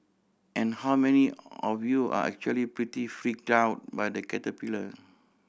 and how many of you are actually pretty freaked out by the caterpillar